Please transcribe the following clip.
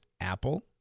Apple